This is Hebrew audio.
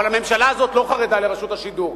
אבל הממשלה הזאת לא חרדה לרשות השידור,